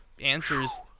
answers